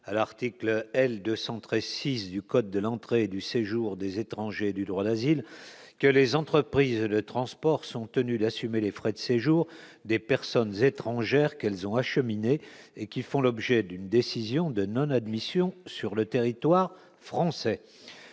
à l'article L 213 6 du code de l'entrée et du séjour des étrangers et du droit d'asile, que les entreprises de transport sont tenus d'assumer les frais de séjour des personnes étrangères qu'elles ont acheminé et qui font l'objet d'une décision de non-admission sur le territoire français,